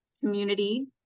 community